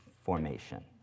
formation